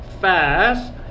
fast